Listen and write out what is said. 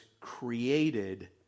created